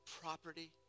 property